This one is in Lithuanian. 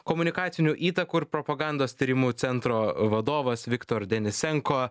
komunikacinių įtakų ir propagandos tyrimų centro vadovas viktor denisenko